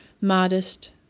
modest